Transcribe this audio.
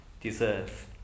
deserve